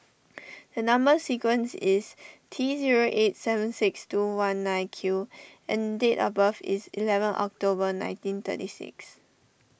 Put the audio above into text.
a Number Sequence is T zero eight seven six two one nine Q and date of birth is eleven October nineteen thirty six